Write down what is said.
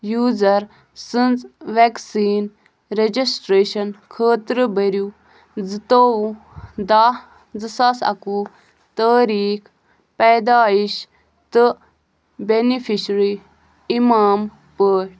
user سٕنٛز vaccine registration خٲطرٕ بھٔرِو زٕتووُہ دَہ زٕ ساس اکوُہ تٲریٖخ پیدایش تہٕ بیٚنِفشرِی اِمام پٲٹھۍ